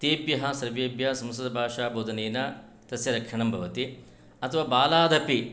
तेभ्यः सर्वेभ्यः संसुतभाषाबोधनेन तस्य रक्षणं भवति अथवा बालादपि